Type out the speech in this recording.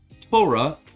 Torah